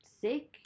sick